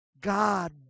God